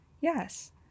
yes